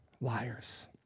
liars